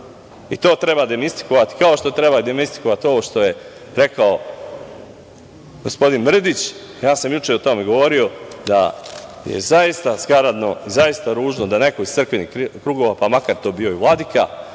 To treba demistifikovati, kao što treba demistifikovati ovo što je rekao gospodin Mrdić, ja sam juče o tome govorio, da je zaista skaradno i zaista ružno da neko iz crkvenih krugova, pa makar to bio i vladika,